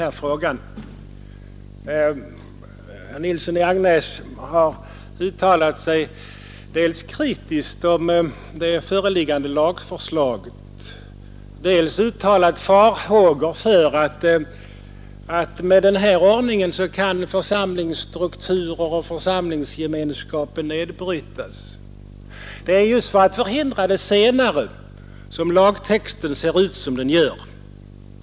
Herr Nilsson i Agnäs har dels uttalat sig kritiskt om det föreliggande lagförslaget, dels uttalat farhågor för att församlingsstrukturer och församlingsgemenskap kan nedbrytas med den nyordning vi föreslår. Men det är just för att förhindra det senare som lagtexten ser ut som den gör.